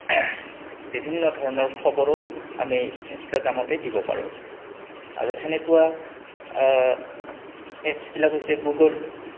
বিভিন্ন ধৰণৰ খবৰো আমি ইনষ্টাগ্ৰামতে দিব পাৰোঁ আৰু তেনেকুৱা এপছবিলাক হৈছে গুগল